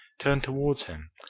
turned towards him.